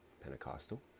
pentecostal